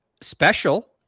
special